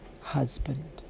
Husband